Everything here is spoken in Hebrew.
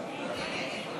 לוועדה את הצעת חוק